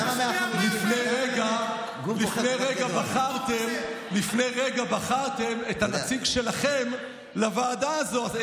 לפני רגע בחרתם את הנציג שלכם לוועדה הזאת.